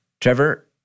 Trevor